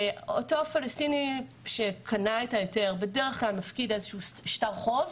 אותו פלסטיני שקנה את ההיתר בדרך כלל מפקיד שטר חוב,